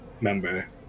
member